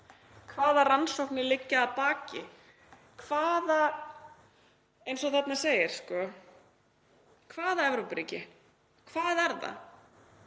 Hvaða rannsóknir liggja að baki? Eða eins og þarna segir: Hvaða Evrópuríki? Hvað er það?